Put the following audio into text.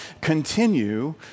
continue